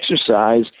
exercise